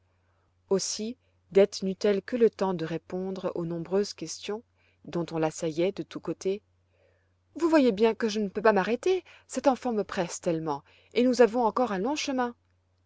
aussi dete neut elle que le temps de répondre aux nombreuses questions dont on l'assaillait de tous côtés vous voyez bien que je ne peux pas m'arrêter cette enfant me presse tellement et nous avons encore un long chemin